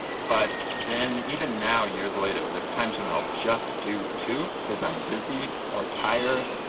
but then even now years later there's times when i'll just do two because i'm busy or tired,